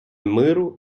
миру